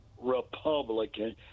republican